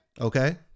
Okay